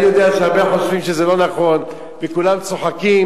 אני יודע שהרבה חושבים שזה לא נכון וכולם צוחקים,